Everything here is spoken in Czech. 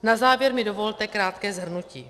Na závěr mi dovolte krátké shrnutí.